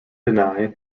deny